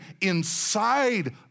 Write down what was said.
inside